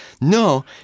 no